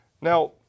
Now